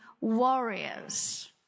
warriors